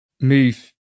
move